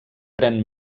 pren